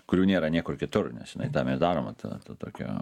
kurių nėra niekur kitur nes jinai tam ir daroma ta tokia